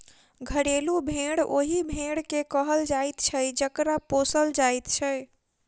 घरेलू भेंड़ ओहि भेंड़ के कहल जाइत छै जकरा पोसल जाइत छै